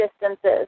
distances